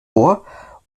ohr